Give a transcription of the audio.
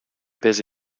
busy